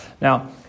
Now